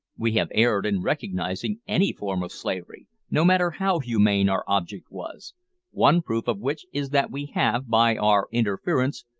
we have erred in recognising any form of slavery, no matter how humane our object was one proof of which is that we have, by our interference,